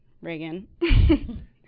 Reagan